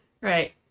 Right